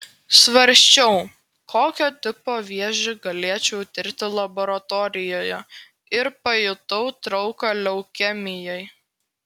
svarsčiau kokio tipo vėžį galėčiau tirti laboratorijoje ir pajutau trauką leukemijai